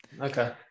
Okay